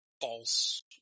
false